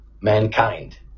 mankind